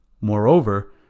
Moreover